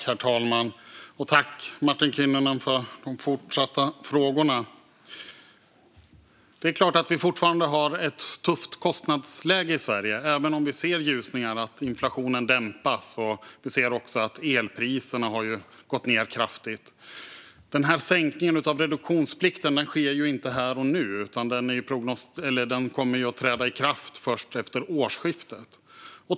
Herr talman! Tack, Martin Kinnunen, för de fortsatta frågorna! Det är klart att vi fortfarande har ett tufft kostnadsläge i Sverige, även om vi ser ljusningar. Inflationen dämpas, och elpriserna har gått ned kraftigt. Sänkningen av reduktionsplikten sker ju inte här och nu, utan den kommer att träda i kraft först efter årsskiftet.